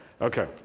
Okay